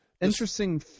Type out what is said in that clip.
Interesting